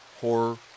horror